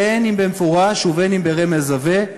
בין במפורש ובין ברמז עבה,